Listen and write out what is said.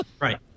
Right